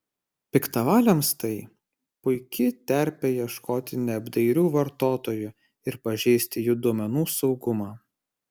piktavaliams tai puiki terpė ieškoti neapdairių vartotojų ir pažeisti jų duomenų saugumą